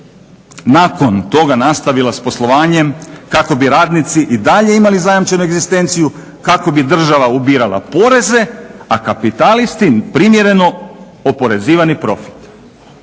nakon toga nastavila sa poslovanjem, kako bi radnici i dalje imali zajamčenu egzistenciju, kako bi država ubirala poreze, a kapitalisti primjereno oporezivani profit.